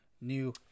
new